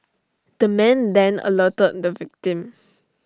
the man then alerted the victim